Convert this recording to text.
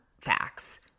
facts